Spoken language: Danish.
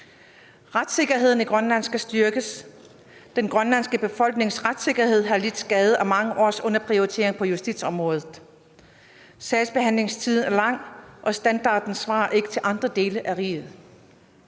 Retssikkerheden i Grønland skal styrkes. Den grønlandske befolknings retssikkerhed har lidt skade af mange års underprioritering på justitsområdet. Sagsbehandlingstiden er lang, og standarden svarer ikke til andre dele af riget.